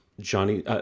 Johnny